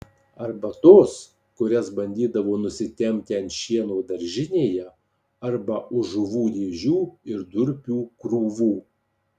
arba tos kurias bandydavo nusitempti ant šieno daržinėje arba už žuvų dėžių ir durpių krūvų